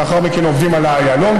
ולאחר מכן עובדים על האיילון,